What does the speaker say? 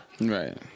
right